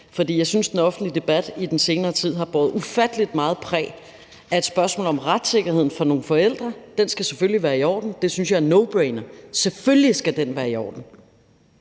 jeg synes, den offentlige debat i den senere tid har båret ufattelig meget præg af et spørgsmål om retssikkerheden for nogle forældre. Den skal selvfølgelig være i orden, og det synes jeg er en nobrainer, for selvfølgelig skal den være i orden,